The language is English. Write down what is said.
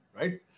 Right